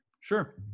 Sure